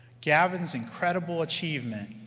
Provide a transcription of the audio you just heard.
gavin's incredible achievement,